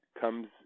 comes